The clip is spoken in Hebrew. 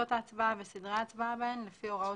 שעות ההצבעה וסדרי ההצבעה בהן לפי הוראות